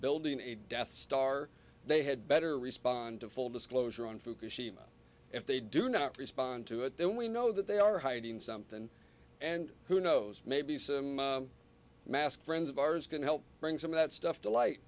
building a death star they had better respond to full disclosure on fukushima if they do not respond to it then we know that they are hiding something and who knows maybe some masked friends of ours can help bring some of that stuff to light